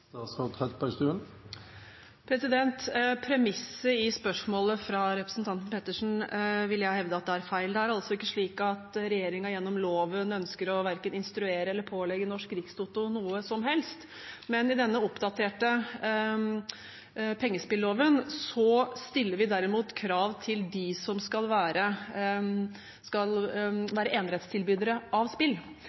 Premisset i spørsmålet fra representanten Pettersen vil jeg hevde er feil. Det er altså ikke slik at regjeringen gjennom loven ønsker verken å instruere eller pålegge Norsk Rikstoto noe som helst, men i denne oppdaterte pengespilloven stiller vi derimot krav til dem som skal være enerettstilbydere av spill. Nå er det altså slik at Norsk Rikstoto i dag er enerettstilbyder av spill